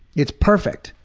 it's perfect.